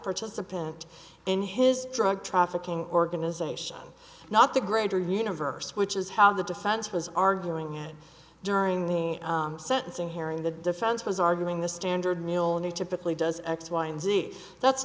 participant in his drug trafficking organization not the greater universe which is how the defense was arguing it during the sentencing hearing the defense was arguing the standard military typically does x y and z that's